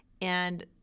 And-